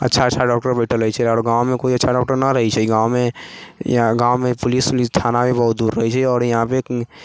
अच्छा अच्छा डॉक्टर बैठल रहै छै आओर गाँवमे कोइ अच्छा डॉक्टर नहि रहै छै गाँवमे या गाँवमे पुलिस उलिस थाना भी बहुत दूर रहै छै आओर यहाँपर